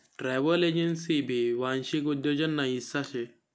travel agency भी वांशिक उद्योग ना हिस्सा शे